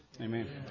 Amen